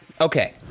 okay